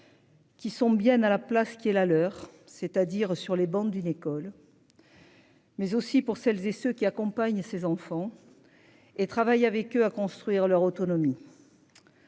Qui sont bien à la place qui est la leur, c'est-à-dire sur les bancs d'une école.-- Mais aussi pour celles et ceux qui accompagnent ses enfants. Et travaille avec eux à construire leur autonomie.--